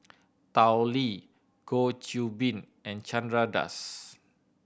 Tao Li Goh Qiu Bin and Chandra Das